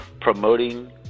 promoting